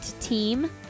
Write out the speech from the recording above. team